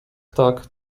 tak